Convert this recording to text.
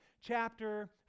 chapter